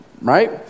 right